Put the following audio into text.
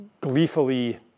gleefully